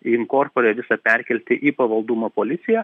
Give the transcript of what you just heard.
inkorpore visą perkelti į pavaldumo policiją